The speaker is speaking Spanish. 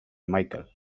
mitchell